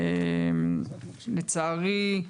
לצערי,